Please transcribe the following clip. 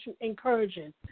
encouraging